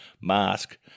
mask